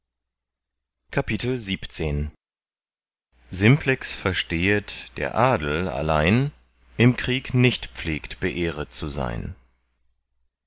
simplex verstehet der adel allein im krieg nicht pflegt beehret zu sein